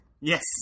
Yes